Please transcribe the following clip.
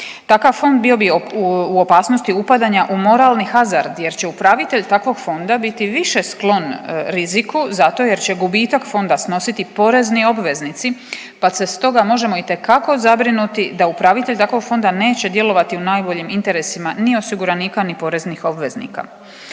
Takav fond bio bi u opasnosti upadanja u moralni hazard, jer će upravitelj takvog fonda biti više sklon riziku zato jer će gubitak fonda snositi porezni obveznici, pa se stoga možemo itekako zabrinuti da upravitelj takvog fonda neće djelovati u najboljim interesima ni osiguranika, ni poreznih obveznika.